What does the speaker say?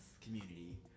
community